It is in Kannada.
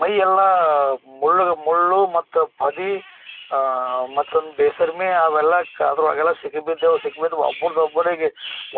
ಮೈ ಎಲ್ಲ ಮುಳ್ಳಿದು ಮುಳ್ಳು ಮತ್ತು ಪೊದೆ ಮತ್ತೊಂದು ಬೇಸರ್ಮಿ ಅವೆಲ್ಲ ಅದರೊಳಗೆಲ್ಲ ಸಿಕ್ಕಿ ಬಿದ್ದೆವು ಸಿಕ್ಕಿ ಬಿದ್ದು ಒಬ್ರದು ಒಬ್ಬರಿಗೆ